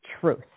truth